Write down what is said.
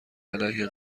علیه